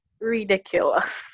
ridiculous